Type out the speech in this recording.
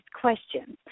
questions